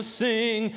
sing